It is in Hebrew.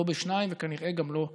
לא בשניים וכנראה גם לא בשלושה.